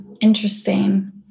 Interesting